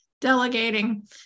delegating